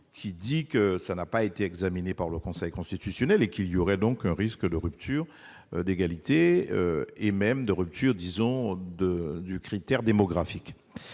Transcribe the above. le dispositif n'a pas été examiné par le Conseil constitutionnel et qu'il y aurait un risque de rupture d'égalité, voire de rupture du critère démographique.